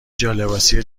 جالباسی